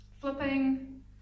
flipping